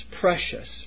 precious